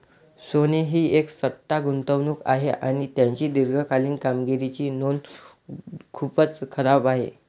सोने ही एक सट्टा गुंतवणूक आहे आणि त्याची दीर्घकालीन कामगिरीची नोंद खूपच खराब आहे